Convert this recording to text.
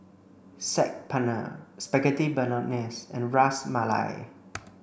Saag Paneer Spaghetti Bolognese and Ras Malai